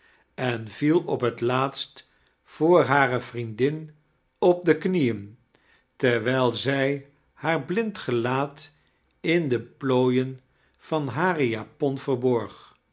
en viel op het laatst voor hare vriendin op de knieen terwijl zij haar blind gelaat in de plooien van hare japon verborg